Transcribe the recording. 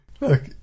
Look